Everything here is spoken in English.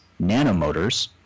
nanomotors